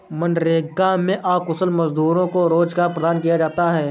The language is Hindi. मनरेगा में अकुशल मजदूरों को रोजगार प्रदान किया जाता है